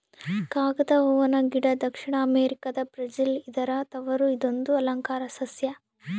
ಕಾಗದ ಹೂವನ ಗಿಡ ದಕ್ಷಿಣ ಅಮೆರಿಕಾದ ಬ್ರೆಜಿಲ್ ಇದರ ತವರು ಇದೊಂದು ಅಲಂಕಾರ ಸಸ್ಯ